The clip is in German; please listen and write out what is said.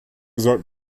sollten